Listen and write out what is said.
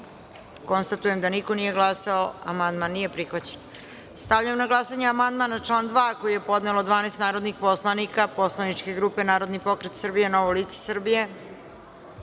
konstatujem da niko nije glasao. Amandman nije prihvaćen. Stavljam na glasanje amandman na član 5. koji je podnelo 12 narodnih poslanika poslaničke grupe Narodni pokret Srbije – Novo lice